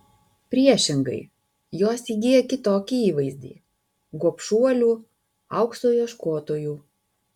priešingai jos įgyja kitokį įvaizdį gobšuolių aukso ieškotojų